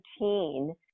routine